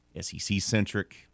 SEC-centric